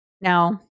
Now